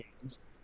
games